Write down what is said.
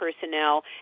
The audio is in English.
personnel